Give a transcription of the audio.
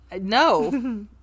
No